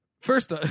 First